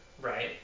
right